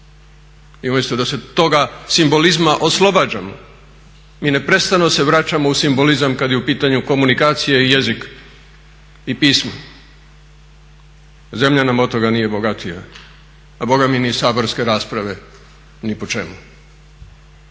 I umjesto da se toga simbolizma oslobađamo mi neprestano se vraćamo u simbolizam kad je u pitanju komunikacija i jezik i pismo. Zemlja nam od toga nije bogatija, a bogami ni saborske rasprave ni po čemu.